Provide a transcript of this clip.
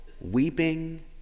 weeping